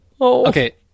Okay